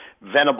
Venable